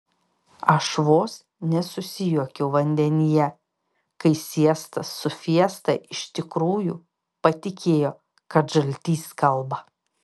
aš vos nesusijuokiau vandenyje kai siesta su fiesta iš tikrųjų patikėjo kad žaltys kalba